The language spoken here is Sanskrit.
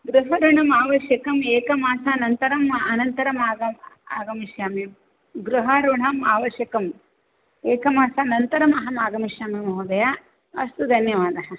गृह ऋणं आवश्यकं एकमासानन्तरं अनन्तरं आगम् आगमिष्यामि गृह ऋणं आवश्यकं एकमासानन्तरं अहं आगमिष्यामि महोदया अस्तु धन्यवादः